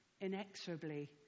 inexorably